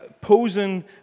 posing